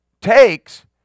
takes